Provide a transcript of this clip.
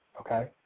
okay